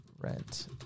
rent